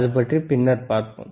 அது பற்றி பின்னர் பார்ப்போம்